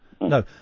No